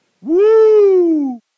Woo